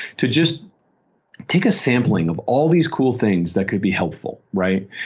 to just take a sampling of all these cool things that could be helpful. right?